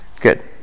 Good